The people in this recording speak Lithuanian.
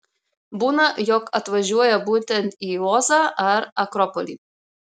būna jog atvažiuoja būtent į ozą ar akropolį